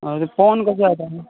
आं तें पोवन कशें आसा